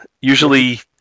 Usually